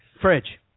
Fridge